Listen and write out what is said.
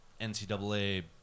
NCAA